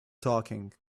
talking